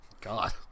God